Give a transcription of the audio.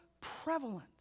prevalent